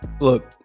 look